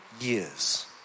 years